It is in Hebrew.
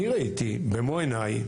אני ראיתי במו עיניי,